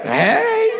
hey